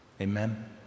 Amen